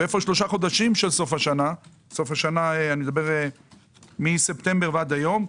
ואיפה שלושה חודשים של סוף השנה, מספטמבר עד היום?